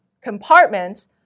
compartments